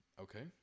Okay